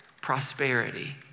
prosperity